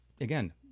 again